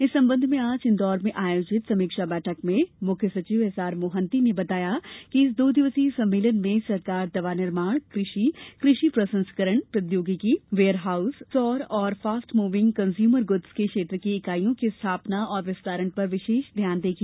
इस संबंध मे आज इंदौर में आयोजित समीक्षा बैठक में मुख्य सचिव एस आर मोहती ने बताया कि इस दो दिवसीय सम्मेलन में सरकार दवा निर्माण कृषि कृषि प्रसंस्करण प्रोद्योगिकी वेयरहाउस सौर और फ़ास्ट मूविंग कज़्यूमर गुड्स के क्षेत्र की इकाइयों की स्थापना और विस्तारण पर विशेष ध्यान देगी